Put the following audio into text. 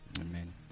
Amen